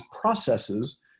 processes